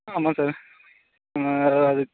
ஆமாம் சார் வேறு ஏதாவது